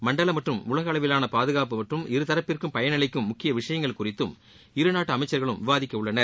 மண்டல மற்றும் உலக அளவிலான பாதுகாப்பு மற்றும் இருதரப்பிற்கும் பயனளிக்கும் முக்கிய விஷயங்கள் குறித்தும் இரு நாட்டு அமைச்சர்களும் விவாதிக்கவுள்ளனர்